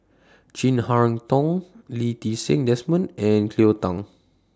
Chin Harn Tong Lee Ti Seng Desmond and Cleo Thang